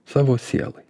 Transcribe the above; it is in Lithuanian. savo sielai